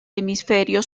hemisferio